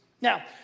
Now